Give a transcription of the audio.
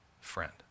friend